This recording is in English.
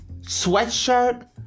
sweatshirt